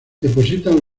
depositan